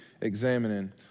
examining